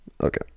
okay